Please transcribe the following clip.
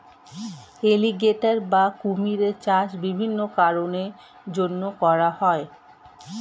alligator বা কুমিরের চাষ বিভিন্ন কারণের জন্যে করা হয়